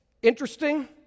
Interesting